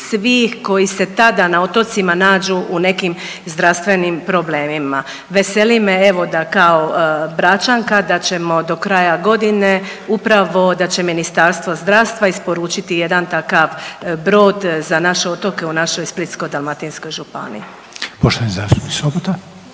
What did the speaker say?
svi koji se tada na otocima nađu u nekim zdravstvenim problemima. Veseli me evo da kao Bračanka da ćemo do kraja godine upravo da će Ministarstvo zdravstva isporučiti jedan takav brod za naše otoke u našoj Splitsko-dalmatinskoj županiji.